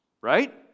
Right